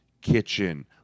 kitchen